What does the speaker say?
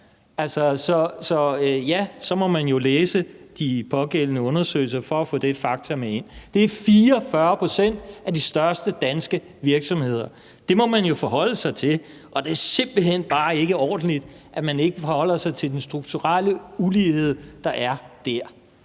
Så må man jo læse de undersøgelser for at få de fakta med. Det er 44 pct. af de største danske virksomheder. Det må man jo forholde sig til. Og det er simpelt hen bare ikke ordentligt, at man ikke forholder sig til den strukturelle ulighed, der er dér.